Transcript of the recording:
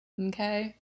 Okay